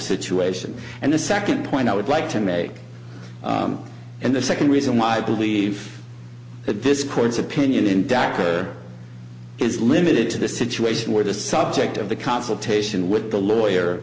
situation and the second point i would like to make and the second reason why i believe that this court's opinion in dhaka is limited to the situation where the subject of the consultation with the lawyer